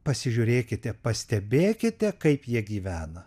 pasižiūrėkite pastebėkite kaip jie gyvena